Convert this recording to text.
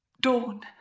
Dawn